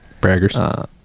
Braggers